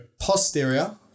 Posterior